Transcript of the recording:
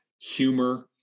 humor